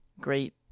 great